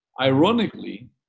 Ironically